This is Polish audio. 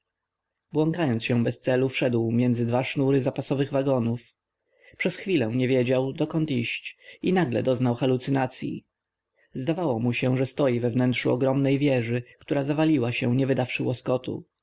błąkając się bez celu wszedł między dwa sznury zapasowych wagonów przez chwilę nie wiedział dokąd iść i nagle doznał halucynacyi zdawało mu się że stoi we wnętrzu ogromnej wieży która zawaliła się nie wydawszy łoskotu